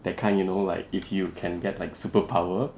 that kind you know like if you can get like superpower